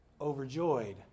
overjoyed